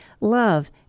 love